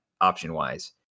option-wise